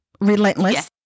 Relentless